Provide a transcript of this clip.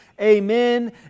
amen